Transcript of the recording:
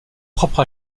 propre